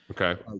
Okay